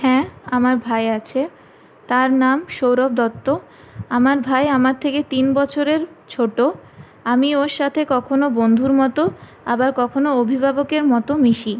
হ্যাঁ আমার ভাই আছে তার নাম সৌরভ দত্ত আমার ভাই আমার থেকে তিন বছরের ছোটো আমি ওর সাথে কখনও বন্ধুর মতো আবার কখনও অভিভাবকের মতো মিশি